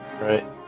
Right